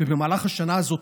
ובמהלך השנה הזאת